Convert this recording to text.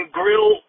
grill